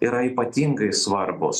yra ypatingai svarbūs